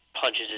punches